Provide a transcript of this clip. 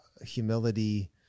humility